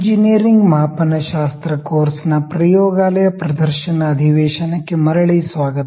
engineering ಮಾಪನಶಾಸ್ತ್ರ ಕೋರ್ಸ್ನ ಪ್ರಯೋಗಾಲಯ ಪ್ರದರ್ಶನ ಅಧಿವೇಶನಕ್ಕೆ ಮರಳಿ ಸ್ವಾಗತ